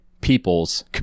people's